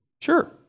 Sure